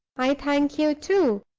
i thank you, too.